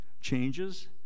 changes